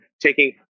taking